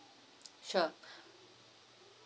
sure